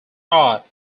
are